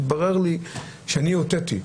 התברר לי שאני הוטעיתי.